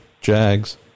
Jags